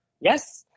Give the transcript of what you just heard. yes